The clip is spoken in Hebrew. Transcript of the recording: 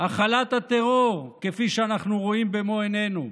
הכלת הטרור, כפי שאנחנו רואים במו עינינו,